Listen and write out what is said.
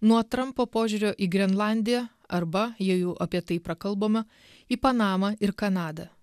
nuo trampo požiūrio į grenlandiją arba jei jau apie tai prakalbome į panamą ir kanadą